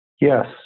Yes